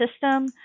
system